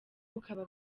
bukaba